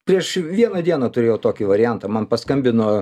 prieš vieną dieną turėjau tokį variantą man paskambino